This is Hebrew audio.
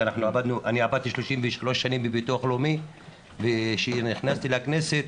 שאני עבדתי 33 שנים בביטוח הלאומי וכשנכנסתי לכנסת